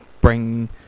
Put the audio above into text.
bring